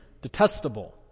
detestable